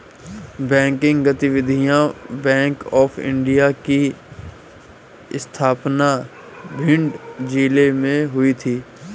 banking गतिविधियां bank of India की स्थापना भिंड जिले में हुई थी